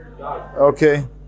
Okay